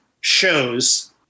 shows